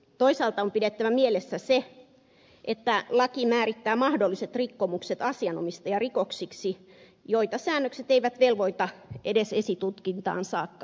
toisaalta on pidettävä mielessä se että laki määrittää mahdolliset rikkomukset asianomistajarikoksiksi joita säännökset eivät velvoita edes esitutkintaan saakka